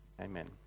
Amen